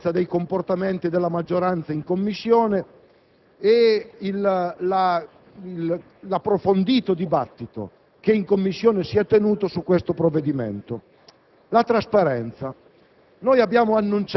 bilancio. Voglio rivendicare la trasparenza dei comportamenti della maggioranza in Commissione e l'approfondito dibattito che si è svolto in quella sede su questo provvedimento.